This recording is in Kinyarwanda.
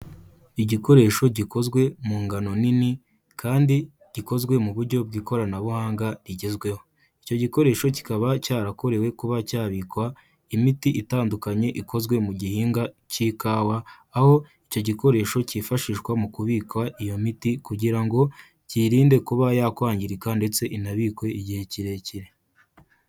Igikoresho gikozwe mu ngano nini kandi gikozwe mu buryo bw'ikoranabuhanga rigezweho. Icyo gikoresho kikaba cyarakorewe kuba cyabika imiti itandukanye ikozwe mu gihinga cy'ikawa, aho icyo gikoresho cyifashishwa mu kubika iyo miti kugira ngo kirinde kuba yakwangirika ndetse inabikwe igihe kirekire.